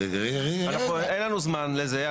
אין לנו זמן לזה.